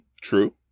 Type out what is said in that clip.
True